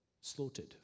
slaughtered